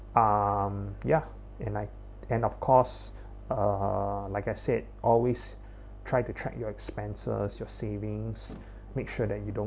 um ya and like and of course uh like I said always try to track your expenses your savings make sure that you don't